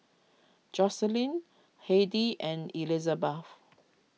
Joycelyn Hedy and Elisabeth